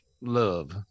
love